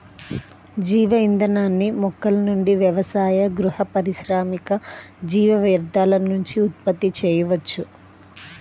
జీవ ఇంధనాన్ని మొక్కల నుండి వ్యవసాయ, గృహ, పారిశ్రామిక జీవ వ్యర్థాల నుండి ఉత్పత్తి చేయవచ్చు